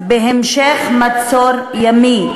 בהמשך מצור ימי,